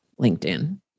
LinkedIn